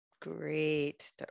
Great